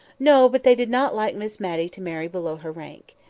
no but they did not like miss matty to marry below her rank.